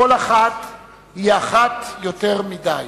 כל אחת היא אחת יותר מדי.